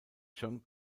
john